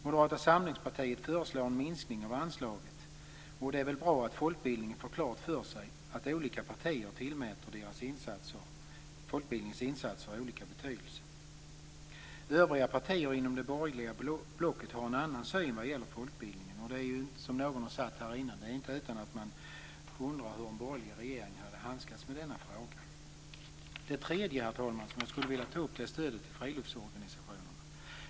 Moderata samlingspartiet föreslår en minskning av anslaget, och det är väl bra att man inom folkbildningen får klart för sig att olika partier tillmäter folkbildningens insatser olika betydelse. Övriga partier inom det borgerliga blocket har en annan syn vad gäller folkbildningen. Som någon har sagt här tidigare är det inte utan att man undrar hur en borgerlig regering hade handskats med denna fråga. Det tredje, herr talman, som jag vill ta upp är stödet till friluftsorganisationerna.